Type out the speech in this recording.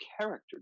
character